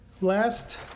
last